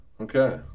Okay